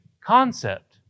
concept